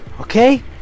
Okay